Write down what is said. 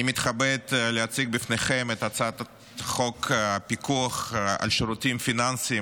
אני מתכבד להציג בפניכם את הצעת חוק הפיקוח על שירותים פיננסיים